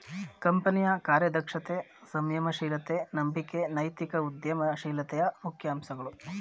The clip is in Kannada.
ಕಂಪನಿಯ ಕಾರ್ಯದಕ್ಷತೆ, ಸಂಯಮ ಶೀಲತೆ, ನಂಬಿಕೆ ನೈತಿಕ ಉದ್ಯಮ ಶೀಲತೆಯ ಮುಖ್ಯ ಅಂಶಗಳು